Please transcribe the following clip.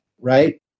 right